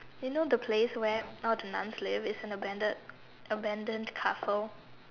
you know the place where all the nuns lived it's an abandoned abandoned castle